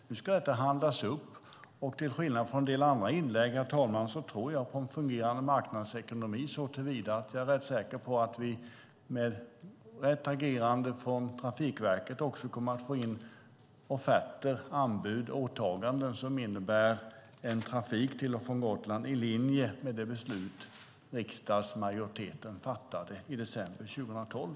Nu ska detta handlas upp, och till skillnad från en del andra inlägg, herr talman, tror jag på en fungerande marknadsekonomi såtillvida att jag är rätt säker på att vi med rätt agerande från Trafikverket kommer att få in offerter, anbud och åtaganden som innebär en trafik till och från Gotland i linje med det beslut riksdagsmajoriteten fattade i december 2012.